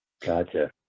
Gotcha